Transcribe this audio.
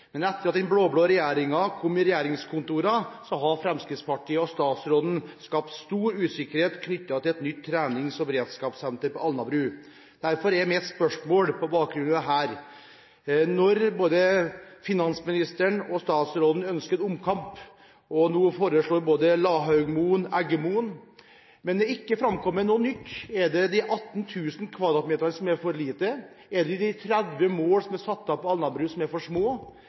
men etter at den blå-blå regjeringen kom i regjeringskontorene, har Fremskrittspartiet og statsråden skapt stor usikkerhet knyttet til et nytt trenings- og beredskapssenter på Alnabru. På bakgrunn av dette er mitt spørsmål: Når både finansministeren og statsråden ønsker omkamp og nå foreslår Lahaugmoen og Eggemoen, uten at det er framkommet noe nytt, er det de 18 000 m2 som er for lite, er det de 30 mål som er satt av på Alnabru, som er for